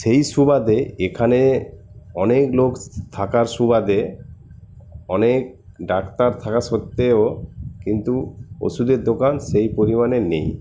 সেই সুবাদে এখানে অনেক লোক থাকার সুবাদে অনেক ডাক্তার থাকা সত্ত্বেও কিন্তু ওষুধের দোকান সেই পরিমাণে নেই